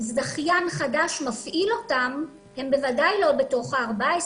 זכיין חדש מפעיל אותן, הן בוודאי לא בתוך ה-14.